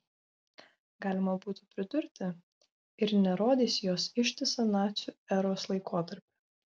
galima būtų pridurti ir nerodys jos ištisą nacių eros laikotarpį